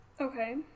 Okay